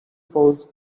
polls